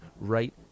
right